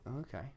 okay